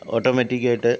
automatic ആയിട്ട്